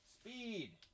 Speed